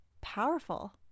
powerful